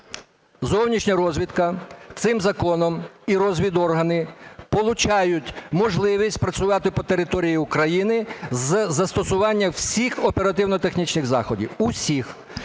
зовнішня розвідка цим законом і розвідоргани получають можливість працювати по території України із застосуванням всіх оперативно-технічних заходів. Усіх.